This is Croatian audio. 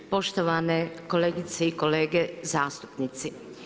Poštovane kolegice i kolege zastupnici.